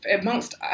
amongst